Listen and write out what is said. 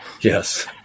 Yes